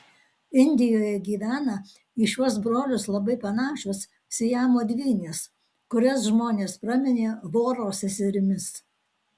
indijoje gyvena į šiuos brolius labai panašios siamo dvynės kurias žmonės praminė voro seserimis